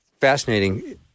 fascinating